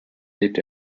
lebt